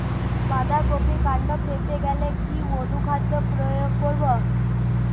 বাঁধা কপির কান্ড ফেঁপে গেলে কি অনুখাদ্য প্রয়োগ করব?